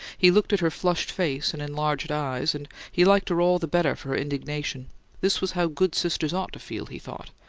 he looked at her flushed face and enlarged eyes and he liked her all the better for her indignation this was how good sisters ought to feel, he thought,